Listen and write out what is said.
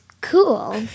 cool